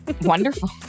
Wonderful